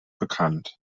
bekannt